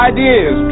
Ideas